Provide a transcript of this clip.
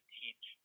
teach